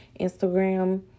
Instagram